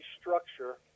structure